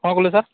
କ'ଣ କହିଲେ ସାର୍